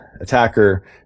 attacker